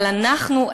אבל אנחנו,